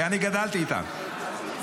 כי אני גדלתי איתם,